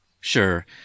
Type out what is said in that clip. Sure